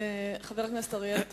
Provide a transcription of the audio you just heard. חבר הכנסת אורי אריאל.